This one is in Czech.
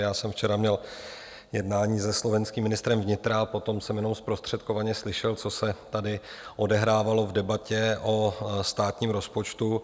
Já jsem včera měl jednání se slovenským ministrem vnitra, potom jsem jenom zprostředkovaně slyšel, co se tady odehrávalo v debatě o státním rozpočtu.